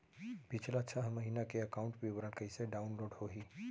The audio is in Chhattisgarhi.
पिछला छः महीना के एकाउंट विवरण कइसे डाऊनलोड होही?